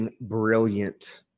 brilliant